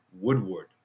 Woodward